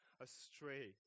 astray